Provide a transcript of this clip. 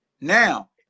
Now